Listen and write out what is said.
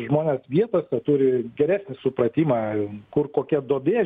žmonės vietose turi geresnį supratimą kur kokia duobė